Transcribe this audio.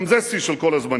גם זה שיא של כל הזמנים.